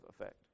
effect